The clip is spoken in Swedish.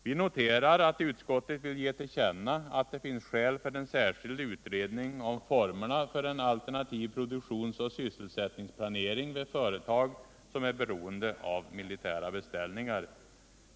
Vi noterar att utskottet vill ge till känna att det finns skäl för en särskild utredning av formerna för en alternativ produktionsoch sysselsättningsplanering vid företag som är beroende av militära beställningar.